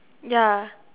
ya